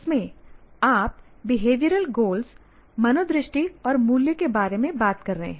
इसमें आप behavioural goals मनोदृष्टि और मूल्य के बारे में बात कर रहे हैं